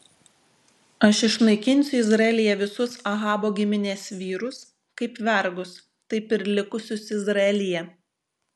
aš išnaikinsiu izraelyje visus ahabo giminės vyrus kaip vergus taip ir likusius izraelyje